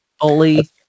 fully